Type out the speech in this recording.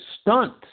stunt